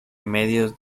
medios